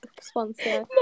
sponsor